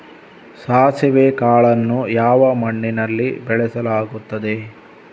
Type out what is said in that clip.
ಸಾಸಿವೆ ಕಾಳನ್ನು ಯಾವ ಮಣ್ಣಿನಲ್ಲಿ ಬೆಳೆಸಲಾಗುತ್ತದೆ?